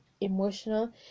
emotional